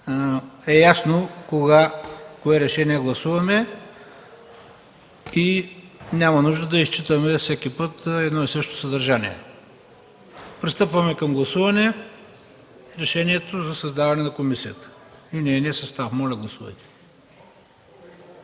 е ясно кога кое решение гласуваме и няма нужда да изчитаме всеки път едно и също съдържание. Пристъпваме към гласуване решението за създаване на комисията и нейния състав. Гласували